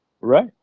Right